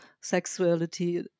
sexuality